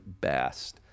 best